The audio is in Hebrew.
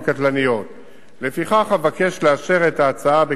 מ-21:00 עד 06:00,